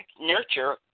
nurture